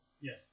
Yes